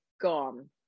gone